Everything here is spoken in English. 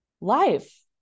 life